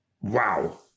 Wow